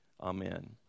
Amen